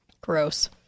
gross